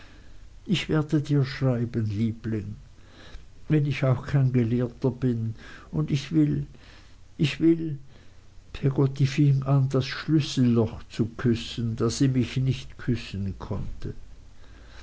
ich werde dir schreiben mein liebling wenn ich auch kein gelehrter bin und ich will ich will peggotty fing an das schlüsselloch zu küssen da sie mich nicht küssen konnte